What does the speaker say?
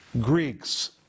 Greeks